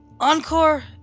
Encore